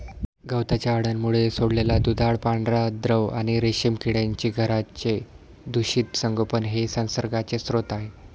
गवताच्या अळ्यांमुळे सोडलेला दुधाळ पांढरा द्रव आणि रेशीम किड्यांची घरांचे दूषित संगोपन हे संसर्गाचे स्रोत आहे